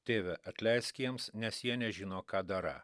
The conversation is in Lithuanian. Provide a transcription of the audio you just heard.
tėve atleisk jiems nes jie nežino ką darą